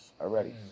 Already